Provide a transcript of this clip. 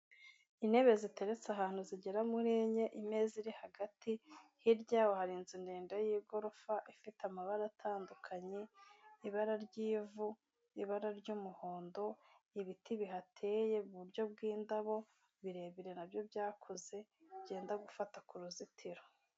Intebe ziteretse ahantu zigera muri enye, imeza iri hagati, hirya yaho hari inzu ndende y'igorofa, ifite amabara atandukanye, ibara ry'ivu, ibara ry'umuhondo, ibiti bihateye mu buryo bw'indabo, birebire na byo byakuze, byenda gufata ku ruzitiro.